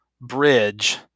bridge